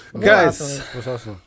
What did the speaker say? guys